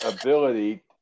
ability